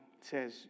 says